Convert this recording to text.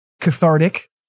cathartic